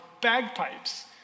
bagpipes